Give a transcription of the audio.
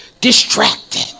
Distracted